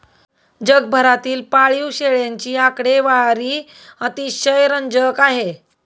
जगभरातील पाळीव शेळ्यांची आकडेवारी अतिशय रंजक आहे